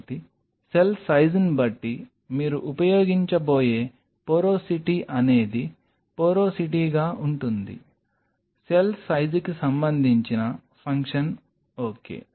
కాబట్టి సెల్ సైజ్ని బట్టి మీరు ఉపయోగించబోయే పోరోసిటీ అనేది పోరోసిటీగా ఉంటుంది సెల్ సైజ్కి సంబంధించిన ఫంక్షన్ ఓకే